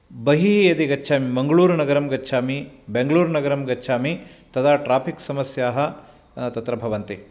बहिः यदि गच्छामि मङ्ग्लूरुनगरं यदि गच्छामि बेङ्ग्लूरु नगरं गच्छामि तदा ट्राफिक् समस्याः तत्र भवन्ति